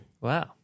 Wow